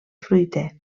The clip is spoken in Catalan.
fruiter